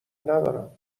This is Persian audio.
ندارم